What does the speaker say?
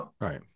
right